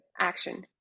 action